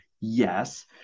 Yes